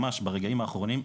ממש ברגעים האחרונים,